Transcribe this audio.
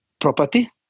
property